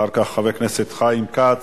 חיים כץ,